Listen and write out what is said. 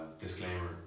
Disclaimer